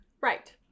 Right